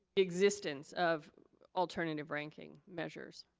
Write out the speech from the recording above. existence of alternative ranking measures?